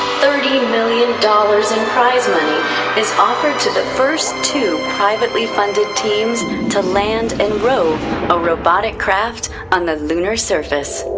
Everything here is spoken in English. thirty million dollars in prize money is offered to the first two privately funded teams to land and rove a robotic craft on the lunar surface.